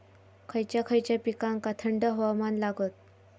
खय खयच्या पिकांका थंड हवामान लागतं?